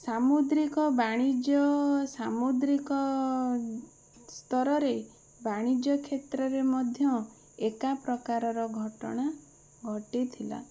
ସାମୁଦ୍ରିକ ବାଣିଜ୍ୟ ସାମୁଦ୍ରିକ ସ୍ତରରେ ବାଣିଜ୍ୟ କ୍ଷେତ୍ରରେ ମଧ୍ୟ ଏକା ପ୍ରକାରର ଘଟଣା ଘଟିଥିଲା